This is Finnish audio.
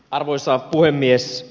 arvoisa puhemies